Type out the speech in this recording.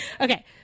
Okay